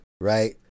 right